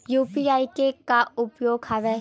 UPI के का उपयोग हवय?